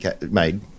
made